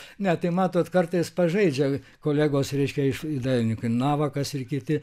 ne tai matot kartais pažaidžia kolegos reiškia iš dailininkų navakas ir kiti